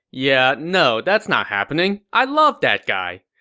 yeah no, that's not happening. i love that guy!